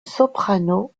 soprano